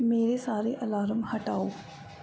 ਮੇਰੇ ਸਾਰੇ ਅਲਾਰਮ ਹਟਾਓ